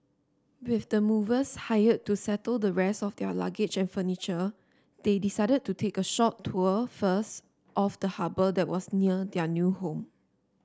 with the movers hired to settle the rest of their luggage and furniture they decided to take a short tour first of the harbour that was near their new home